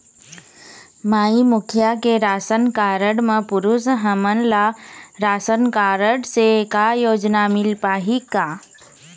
माई मुखिया के ration card म पुरुष हमन ला रासनकारड से का योजना मिल पाही का?